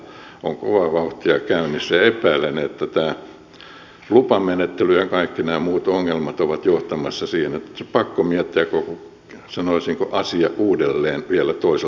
epäilen että tämä lupamenettely ja kaikki nämä muut ongelmat ovat johtamassa siihen että on pakko miettiä sanoisinko koko asia uudelleen vielä toiselta lähestymiskulmalta